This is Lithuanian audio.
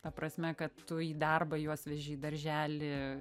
ta prasme kad tu į darbą juos veži į darželį